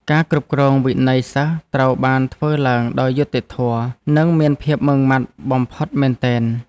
ការគ្រប់គ្រងវិន័យសិស្សត្រូវបានធ្វើឡើងដោយយុត្តិធម៌និងមានភាពម៉ឺងម៉ាត់បំផុតមែនទែន។